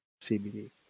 CBD